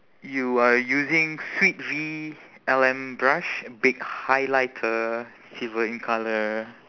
you are using sweet V L M brush baked highlighter silver in colour